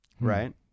right